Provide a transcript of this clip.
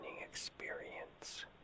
experience